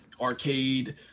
Arcade